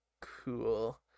cool